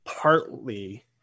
partly